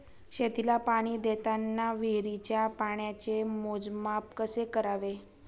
शेतीला पाणी देताना विहिरीच्या पाण्याचे मोजमाप कसे करावे?